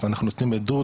אנחנו נותנים עדות,